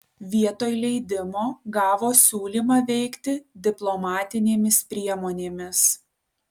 vietoj leidimo gavo siūlymą veikti diplomatinėmis priemonėmis